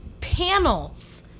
panels